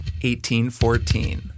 1814